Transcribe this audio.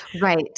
Right